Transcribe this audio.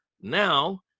Now